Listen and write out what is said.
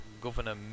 Governor